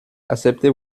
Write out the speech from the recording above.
acceptez